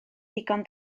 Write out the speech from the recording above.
ddigon